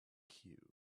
cue